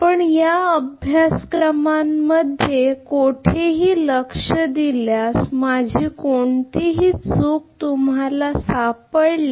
आपण या अभ्यासक्रमांमध्ये कोठेही लक्ष दिल्यास माझी कोणतीही चूक तुम्हाला सापडेल